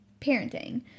parenting